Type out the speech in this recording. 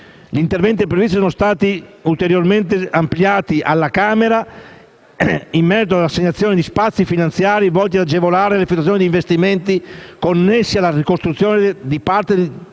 Gli interventi previsti sono stati ulteriormente ampliati alla Camera, ad iniziare dall'assegnazione di spazi finanziari volti ad agevolare l'effettuazione di investimenti connessi alla ricostruzione da parte degli enti